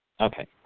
Okay